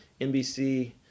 NBC